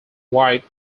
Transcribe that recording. white